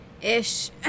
ish